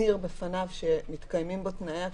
מצהיר בפניו שמתקיימים בו תנאי הכשירות,